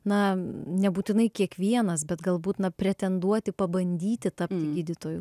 na nebūtinai kiekvienas bet galbūt na pretenduoti pabandyti tapti gydytoju